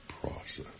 process